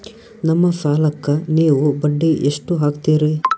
ನಮ್ಮ ಸಾಲಕ್ಕ ನೀವು ಬಡ್ಡಿ ಎಷ್ಟು ಹಾಕ್ತಿರಿ?